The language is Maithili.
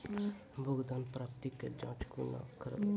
भुगतान प्राप्ति के जाँच कूना करवै?